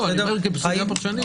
אני מדבר על סוגיה פרשנית.